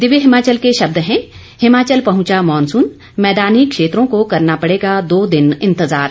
दिव्य हिमाचल के शब्द हैं हिमाचल पहुंचा मानसून मैदानी क्षेत्रों को करना पड़ेगा दो दिन इंतजार